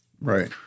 Right